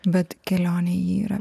bet kelionė ji yra